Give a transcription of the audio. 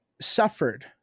suffered